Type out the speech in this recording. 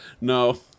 No